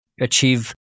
achieve